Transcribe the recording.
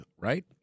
right